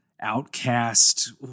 outcast